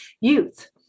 youth